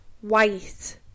White